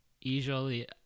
usually